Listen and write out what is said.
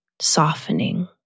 softening